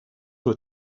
wyt